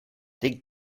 dig